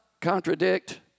contradict